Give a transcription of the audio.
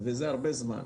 וזה הרבה זמן.